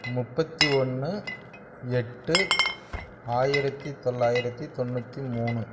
முப்பத்தி ஒன்று எட்டு ஆயிரத்தி தொள்ளாயிரத்தி தொண்ணூற்றி மூணு